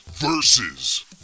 Versus